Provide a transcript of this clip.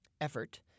effort